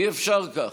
אי-אפשר ככה.